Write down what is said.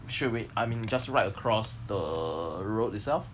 straight away I mean just right across the road itself